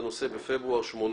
בפברואר 2018